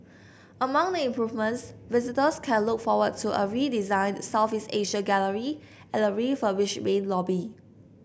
among the improvements visitors can look forward to a redesigned Southeast Asia gallery and a refurbished main lobby